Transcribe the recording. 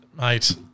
mate